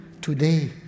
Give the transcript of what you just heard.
today